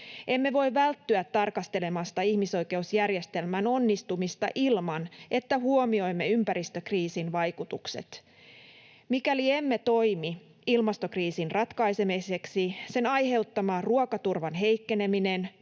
Emme voi välttyä tarkastelemasta ihmisoikeusjärjestelmän onnistumista ilman, että huomioimme ympäristökriisin vaikutukset. Mikäli emme toimi ilmastokriisin ratkaisemiseksi, sen aiheuttama ruokaturvan heikkeneminen,